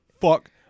fuck